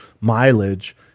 mileage